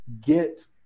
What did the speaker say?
get